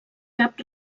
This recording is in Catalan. cap